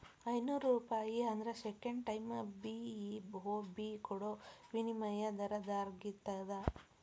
ಐನೂರೂಪಾಯಿ ಆದ್ರ second time B O B ಕೊಡೋ ವಿನಿಮಯ ದರದಾಗಿರ್ತದ